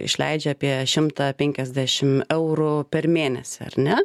išleidžia apie šimtą penkiasdešim eurų per mėnesį ar ne